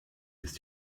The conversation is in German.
ist